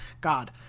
God